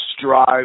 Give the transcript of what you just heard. strive